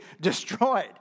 destroyed